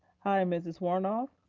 hi, mrs. woronoff.